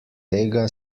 tega